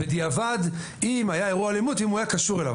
בדיעבד אם היה אירוע אלימות ואם הוא היה קשור אליו.